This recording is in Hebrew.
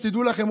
שתדעו לכם,